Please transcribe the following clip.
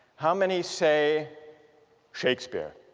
how many say shakespeare?